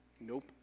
Nope